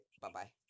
bye-bye